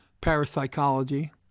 parapsychology